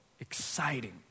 exciting